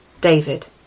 David